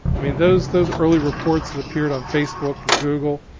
i mean those those early reports that appeared on facebook and google